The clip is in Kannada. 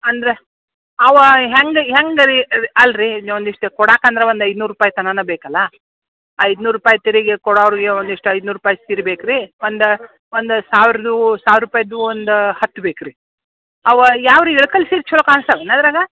ಅಂದ್ರೆ ಅವು ಹೆಂಗೆ ಹೆಂಗೆ ರೀ ಅಲ್ಲ ರೀ ಒಂದಿಷ್ಟು ಕೊಡಕಂದ್ರೆ ಒಂದು ಐನೂರು ರೂಪಾಯಿ ತನನ ಬೇಕಲ್ಲ ಐದ್ನೂರು ರೂಪಾಯಿ ತಿರುಗಿ ಕೊಡೋರಿಗೆ ಒಂದಿಷ್ಟು ಐನೂರು ರೂಪಾಯಿ ಸೀರೆ ಬೇಕು ರೀ ಒಂದು ಒಂದು ಸಾವಿರದ್ದು ಸಾವಿರ ರೂಪಾಯ್ದು ಒಂದು ಹತ್ತು ಬೇಕು ರೀ ಅವು ಯಾವು ರೀ ಇಳಕಲ್ ಸೀರೆ ಚಲೋ ಕಾಣ್ಸ್ತವೆ ಏನು ಅದರಾಗ